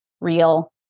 real